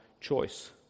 choice